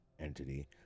entity